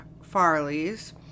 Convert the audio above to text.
Farley's